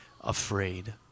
afraid